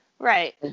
Right